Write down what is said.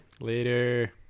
later